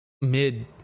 mid